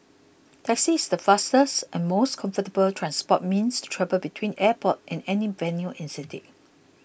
taxi is the fastest and most comfortable transport means to travel between airport and any venue in city